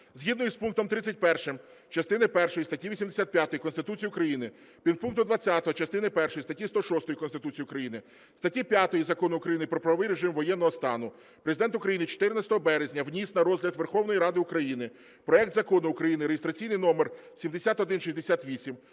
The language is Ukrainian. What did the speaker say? Згідно із пунктом 31 частини першої статті 85 Конституції України, підпунктом 20 частини першої статті 106 Конституції України, статті 5 Закону України "Про правовий режим воєнного стану Президент України 14 березня вніс на розгляд Верховної Ради України проект Закону України (реєстраційний номер 7168)